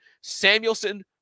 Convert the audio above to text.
Samuelson